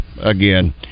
again